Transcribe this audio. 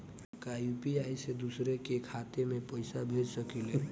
का यू.पी.आई से दूसरे के खाते में पैसा भेज सकी ले?